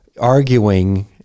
arguing